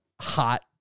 hot